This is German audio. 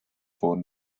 wurden